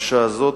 לפרשה הזאת,